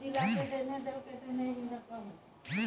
बरसात के कम पड़ना सूखाड़ के कारण छै